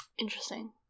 Interesting